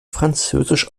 französisch